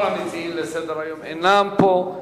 כל המציעים לסדר-היום אינם פה.